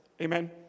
Amen